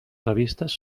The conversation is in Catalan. revistes